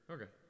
Okay